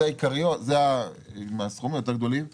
זה עם הסכומים הגדולים יותר,